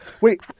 Wait